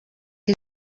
que